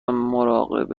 مراقب